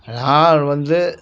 நான் வந்து